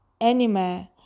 anime